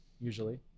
usually